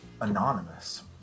anonymous